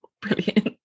brilliant